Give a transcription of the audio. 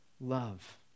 love